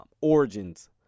origins